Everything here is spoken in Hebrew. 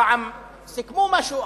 פעם סיכמו משהו,